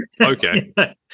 okay